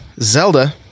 Zelda